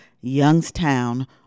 Youngstown